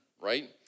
right